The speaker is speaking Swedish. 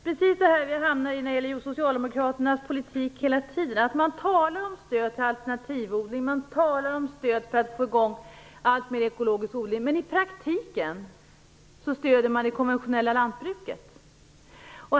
Fru talman! När det gäller socialdemokraternas politik hamnar vi hela tiden i precis det här: Man talar om stöd till alternativodling och man talar om stöd för att få i gång alltmer ekologisk odling, men i praktiken stöder man det konventionella lantbruket.